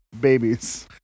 babies